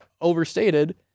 overstated